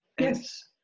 Yes